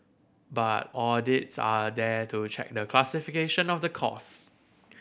but audits are there to check the classification of the cost